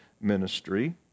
ministry